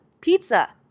pizza